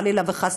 חלילה וחס,